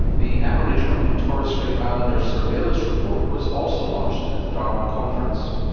the aboriginal and torres strait islander surveillance report was also launched at the darwin conference.